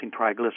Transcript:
triglycerides